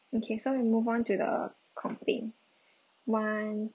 okay so we move on to the complaint one